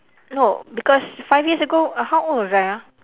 no because five years ago how old was I ah